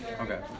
okay